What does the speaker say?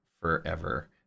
forever